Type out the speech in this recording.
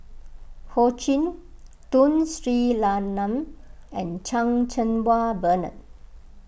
Ho Ching Tun Sri Lanang and Chan Cheng Wah Bernard